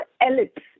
ellipse